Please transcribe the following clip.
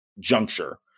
juncture